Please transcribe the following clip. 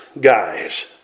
guys